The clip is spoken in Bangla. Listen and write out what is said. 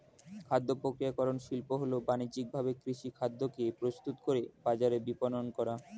খাদ্যপ্রক্রিয়াকরণ শিল্প হল বানিজ্যিকভাবে কৃষিখাদ্যকে প্রস্তুত করে বাজারে বিপণন করা